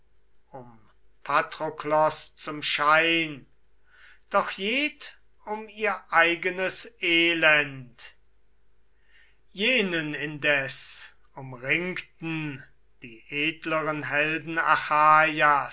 patroklos zum schein doch jed um ihr eigenes elend jenen indes umringten die edleren